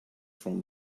from